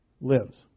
lives